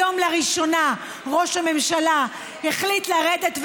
היום לראשונה ראש הממשלה החליט לרדת,